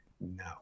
No